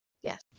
Yes